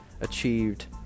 achieved